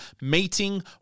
meeting